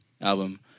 album